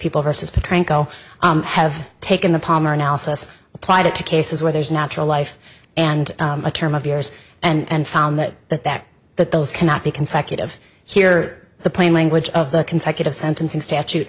people vs been trying to go have taken the palmer analysis applied it to cases where there's natural life and a term of years and found that that that that those cannot be consecutive here the plain language of the consecutive sentencing statute